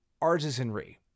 artisanry